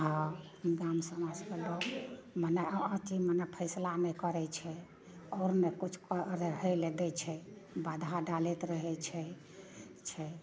आ गाम समाजके लऽ के मने अऽ अथी मने फैसला नहि करै छै आओर ने किछु रहैलए दै छै बाधा डालैत रहै छै छै